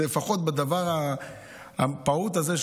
שלפחות בדבר הפעוט הזה,